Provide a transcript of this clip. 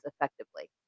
effectively